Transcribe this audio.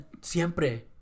siempre